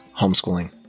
homeschooling